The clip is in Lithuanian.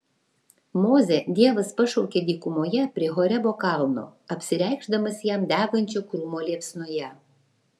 mozę dievas pašaukia dykumoje prie horebo kalno apsireikšdamas jam degančio krūmo liepsnoje